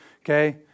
okay